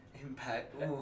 impact